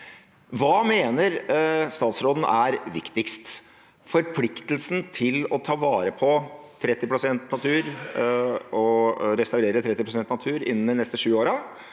Hva mener statsråden er viktigst: forpliktelsen til å ta vare på 30 pst. natur og restaurere 30 pst. natur innen de neste sju årene,